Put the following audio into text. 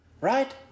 Right